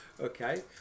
Okay